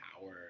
power